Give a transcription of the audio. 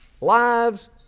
lives